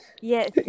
Yes